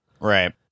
Right